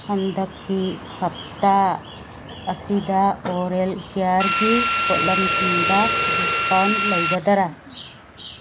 ꯍꯟꯗꯛꯀꯤ ꯍꯞꯇꯥ ꯑꯁꯤꯗ ꯑꯣꯔꯦꯜ ꯀꯤꯌꯔꯒꯤ ꯄꯣꯠꯂꯝꯁꯤꯡꯗ ꯗꯤꯁꯀꯥꯎꯟ ꯂꯩꯒꯗꯔꯥ